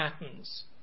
patterns